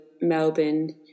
Melbourne